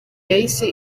yahise